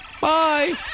Bye